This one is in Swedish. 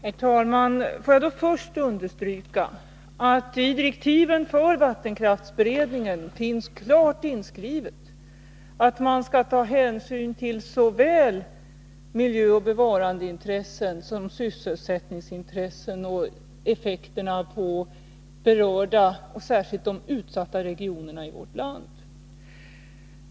Herr talman! Får jag först understryka att det i direktiven för vattenkraftsberedningen finns klart inskrivet att man skall ta hänsyn till såväl miljöoch bevarandeintressen som sysselsättningsintressen och effekterna i de berörda och särskilt utsatta regionerna i vårt land.